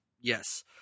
Yes